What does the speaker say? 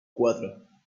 cuatro